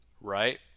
right